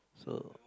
so